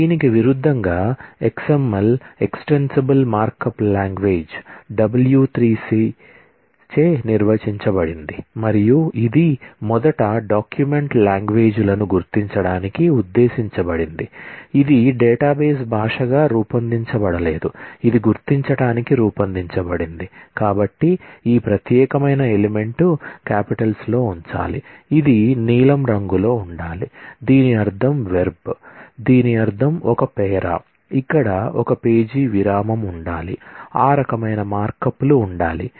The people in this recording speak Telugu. దీనికి విరుద్ధంగా XML ఎక్స్టెన్సిబుల్ మార్కప్ లాంగ్వేజ్ దీని అర్థం ఒక పేరా ఇక్కడ ఒక పేజీ విరామం ఉండాలి ఆ రకమైన మార్కప్లు ఉండాలి